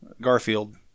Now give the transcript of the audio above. Garfield